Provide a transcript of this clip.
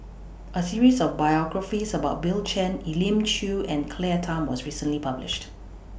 A series of biographies about Bill Chen Elim Chew and Claire Tham was recently published